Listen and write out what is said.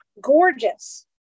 gorgeous